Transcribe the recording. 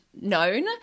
known